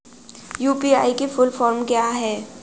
UPI की full form क्या है?